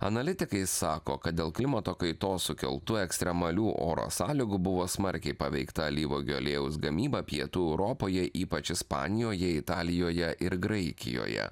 analitikai sako kad dėl klimato kaitos sukeltų ekstremalių oro sąlygų buvo smarkiai paveikta alyvuogių aliejaus gamyba pietų europoje ypač ispanijoje italijoje ir graikijoje